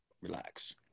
relax